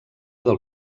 del